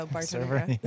server